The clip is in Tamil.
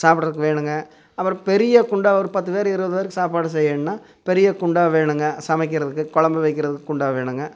சாப்பிட்றதுக்கு வேணுங்க அப்பறம் பெரிய குண்டா ஒரு பத்து பேர் இருபது பேருக்கு சாப்பாடு செய்யணும்னா பெரிய குண்டா வேணுங்க சமைக்கிறதுக்கு குழம்பு வைக்கிறதுக்கு குண்டா வேணுங்க